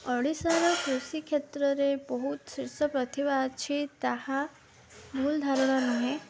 ଓଡ଼ିଶାର କୃଷି କ୍ଷେତ୍ରରେ ବହୁତ ଶୀର୍ଷ ପ୍ରତିଭା ଅଛି ତାହା ମୂଳ ଧାରଣା ନୁହେଁ